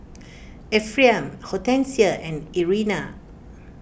Ephriam Hortencia and Irena